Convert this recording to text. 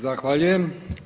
Zahvaljujem.